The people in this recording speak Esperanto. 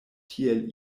tiel